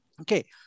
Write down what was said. Okay